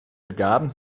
begaben